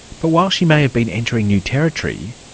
but while she may have been entering new territory,